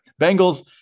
Bengals